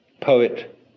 Poet